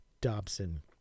Dobson